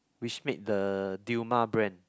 which made the Dilmah brand